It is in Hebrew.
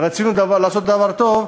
רצינו לעשות דבר טוב,